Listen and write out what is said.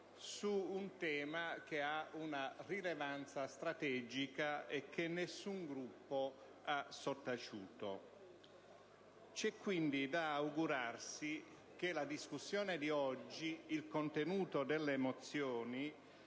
su un tema che ha una rilevanza strategica e che nessun Gruppo ha sottaciuto. C'è quindi da augurarsi che la discussione di oggi e il contenuto delle mozioni